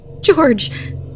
George